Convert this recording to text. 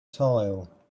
tile